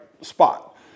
spot